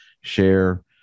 share